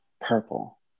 Purple